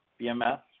BMS